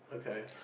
okay